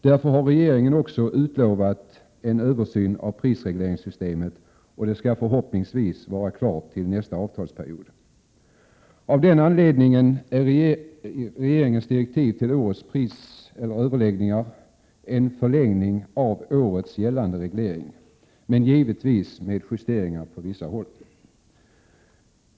Därför har regeringen också utlovat en översyn av prisregleringssystemet, och den skall förhoppningsvis vara klar till nästa avtalsperiod. Därför innebär regeringens direktiv till årets överläggningar en förlängning av gällande reglering, givetvis med vissa justeringar.